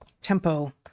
tempo